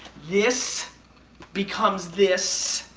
this becomes this.